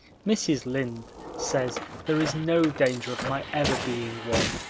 mrs. lynde says there is no danger of my ever being one,